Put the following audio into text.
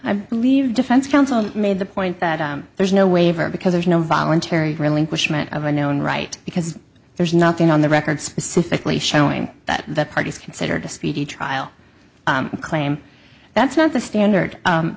believe defense counsel made the point that there's no waiver because there's no voluntary relinquishment of a known right because there's nothing on the record specifically showing that the parties considered a speedy trial claim that's not the standard